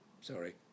sorry